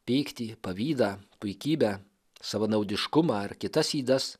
pyktį pavydą puikybę savanaudiškumą ar kitas ydas